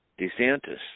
DeSantis